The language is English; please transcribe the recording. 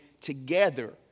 together